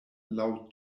laŭ